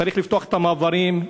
צריך לפתוח את המעברים,